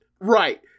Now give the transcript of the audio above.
right